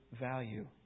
value